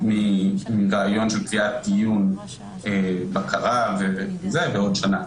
מרעיון של קביעת דיון בקרה לעוד שנה.